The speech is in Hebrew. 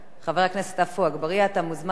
אתה מוזמן לבוא ולנמק את הצעת החוק שלך.